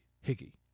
Hickey